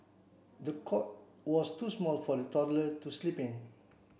the cot was too small for the toddler to sleep in